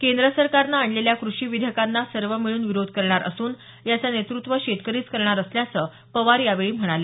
केंद्र सरकारनं आणलेल्या कृषी विधेयकांना सर्व मिळून विरोध करणार असून याचं नेतृत्व शेतकरीच करणार असल्याचं पवार यावेळी म्हणाले